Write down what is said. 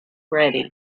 ready